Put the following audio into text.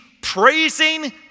praising